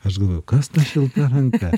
aš galvoju kas ta šilta ranka